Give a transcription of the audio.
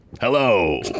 Hello